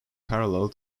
parallel